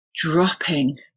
dropping